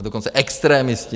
A dokonce extremisti.